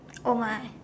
my